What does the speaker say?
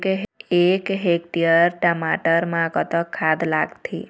एक हेक्टेयर टमाटर म कतक खाद लागथे?